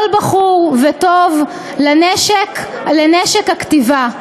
כל בחור וטוב לנשק הכתיבה.